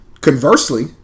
Conversely